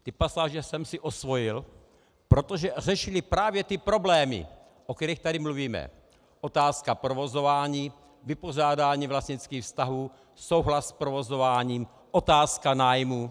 Ty pasáže jsem si osvojil, protože řešily právě ty problémy, o kterých tady mluvíme: otázka provozování, vypořádání vlastnických vztahů, souhlas s provozováním, otázka nájmu.